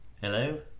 Hello